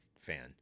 fan